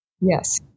Yes